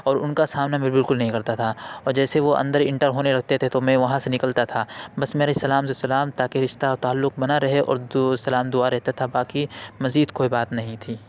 اور اُن کا سامنا میں بالکل نہیں کرتا تھا اور جیسے وہ اندر انٹر ہونے لگتے تھے تو میں وہاں سے نکلتا تھا بس میرے سلام سے سلام تاکہ رشتہ اور تعلق بنا رہے اور جو دُعا سلام رہتا تھا باقی مزید کوئی بات نہیں تھی